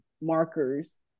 markers